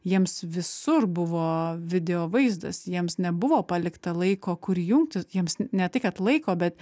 jiems visur buvo video vaizdas jiems nebuvo palikta laiko kur jungti jiems ne tai kad laiko bet